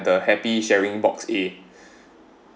the happy sharing box A